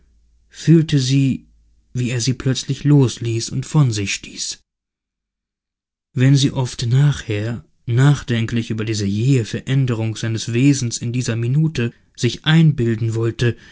fühlte sie wie er sie plötzlich losließ und von sich stieß wenn sie oft nachher nachdenklich über diese jähe veränderung seines wesens in dieser minute sich einbilden wollte